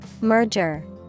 Merger